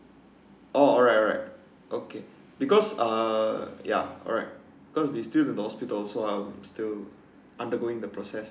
oh alright alright okay because uh ya alright because we still be the hospital so I'm still undergoing the process